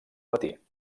matí